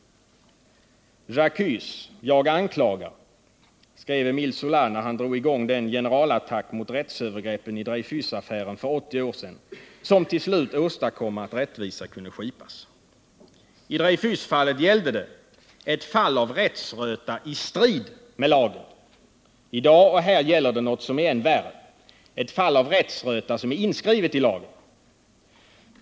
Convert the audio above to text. J'accuse — jag anklagar — skrev Emile Zola när han drog i gång den generalattack mot rättsövergreppen i Dreyfusaffären för 80 år sedan som till slut åstadkom att rättvisa kunde skipas. I Dreyfusaffären gällde det ett fall av rättsröta i strid med lagen. I dag gäller det något som är än värre — ett fall av rättsröta som är inskrivet i lagen.